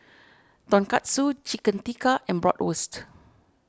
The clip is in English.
Tonkatsu Chicken Tikka and Bratwurst